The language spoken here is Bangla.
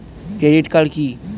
ক্রেডিট কার্ড কি?